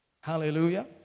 Hallelujah